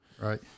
Right